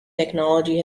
technology